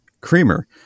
creamer